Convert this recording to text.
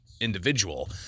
individual